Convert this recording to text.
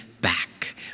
back